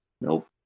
Nope